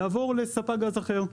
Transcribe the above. לעבור לספק גז אחר,